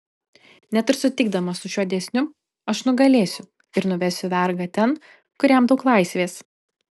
net ir sutikdamas su šiuo dėsniu aš nugalėsiu ir nuvesiu vergą ten kur jam daug laisvės